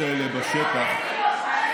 על פי החוקים,